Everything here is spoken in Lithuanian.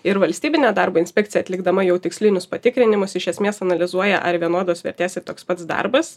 ir valstybinė darbo inspekcija atlikdama jau tikslinius patikrinimus iš esmės analizuoja ar vienodos vertės ir toks pats darbas